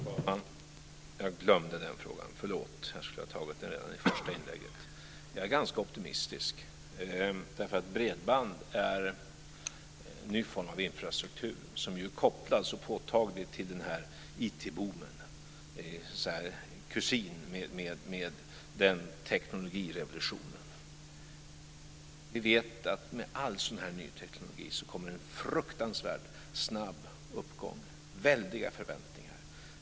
Herr talman! Jag glömde den frågan, förlåt, jag skulle ha besvarat det vid första inlägget. Jag är ganska optimistisk därför att bredband är en ny form av infrastruktur, som ju så påtagligt kopplas till IT boomen. Det är så att säga kusin med den teknologirevolutionen. Vi vet att det med all ny teknik kommer en fruktansvärt snabb uppgång och väldiga förväntningar.